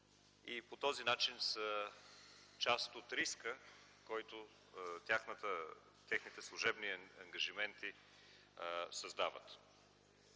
и по този начин са част от риска, който техните служебни ангажименти създават.